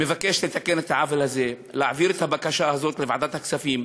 אני מבקש לתקן את העוול הזה ולהעביר את הבקשה הזאת לוועדת הכספים,